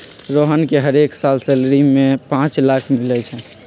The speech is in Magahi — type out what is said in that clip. रोहन के हरेक साल सैलरी में पाच लाख मिलई छई